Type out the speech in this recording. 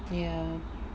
ya